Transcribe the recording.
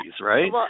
right